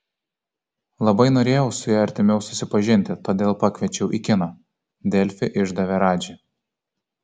labai norėjau su ja artimiau susipažinti todėl pakviečiau į kiną delfi išdavė radži